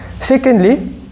Secondly